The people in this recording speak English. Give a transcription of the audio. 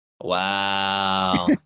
Wow